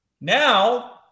Now